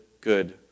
good